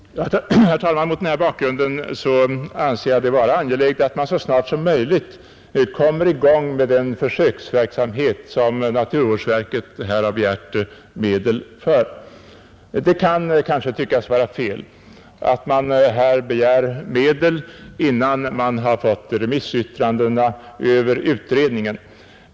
Herr talman! Mot denna bakgrund anser jag det vara angeläget att man så snart som möjligt kommer i gång med den försöksverksamhet som naturvårdsverket här har begärt medel för. Det kan kanske förefalla felaktigt att begära medel, innan man har fått in remissyttrandena över utredningen.